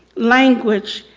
language,